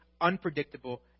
unpredictable